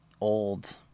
old